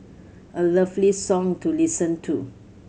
a lovely song to listen to